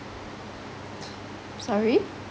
sorry